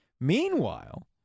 Meanwhile